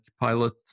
pilot